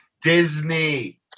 Disney